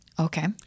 Okay